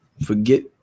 forget